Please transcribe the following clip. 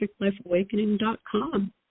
perfectlifeawakening.com